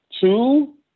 Two